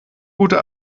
gute